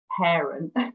parent